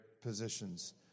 positions